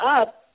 up